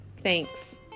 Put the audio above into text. Thanks